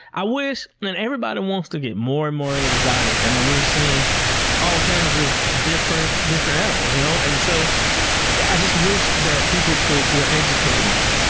i wish, and and everybody and wants to get more and more exotic. i mean, we're seeing all kinds of different different animals, you know? and so yeah i just wish that people were educated more,